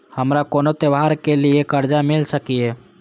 हमारा कोनो त्योहार के लिए कर्जा मिल सकीये?